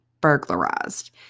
burglarized